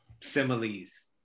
similes